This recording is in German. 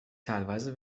teilweise